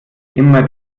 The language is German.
immer